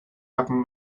backen